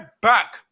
back